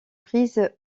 prise